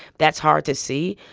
that's hard to see.